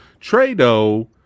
Trado